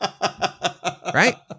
Right